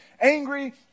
angry